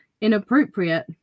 inappropriate